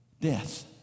Death